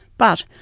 but,